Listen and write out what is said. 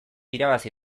irabazi